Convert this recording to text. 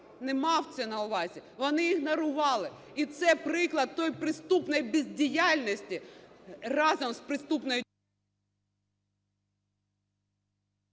не мав це на увазі, вони ігнорували. І це приклад тої приступної бездіяльності, разом з приступною....